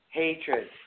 hatred